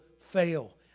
fail